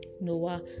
Noah